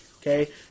Okay